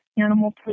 animal